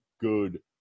good